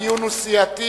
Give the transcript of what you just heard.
הדיון יהיה סיעתי,